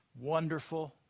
wonderful